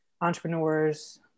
entrepreneurs